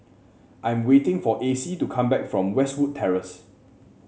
I am waiting for Acy to come back from Westwood Terrace